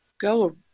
go